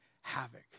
havoc